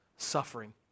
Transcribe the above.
suffering